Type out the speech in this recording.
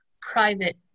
private